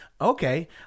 Okay